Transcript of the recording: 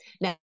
Now